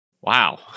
wow